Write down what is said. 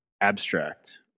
abstract